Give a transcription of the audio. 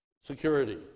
security